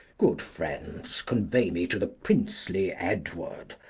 good friends, convey me to the princely edward,